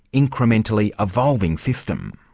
incrementally evolving system.